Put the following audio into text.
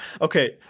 Okay